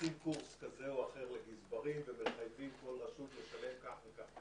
עושים קורס כזה או אחר לגזברים ומחייבים כל רשות לשלם כך וכך.